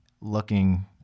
looking